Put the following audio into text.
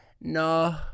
no